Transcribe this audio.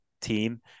team